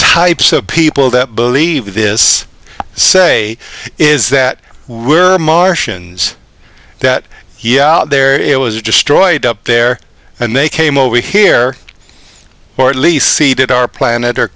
types of people that believe this say is that martians that there it was destroyed up there and they came over here or at least seeded our planet or